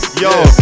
yo